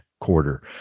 quarter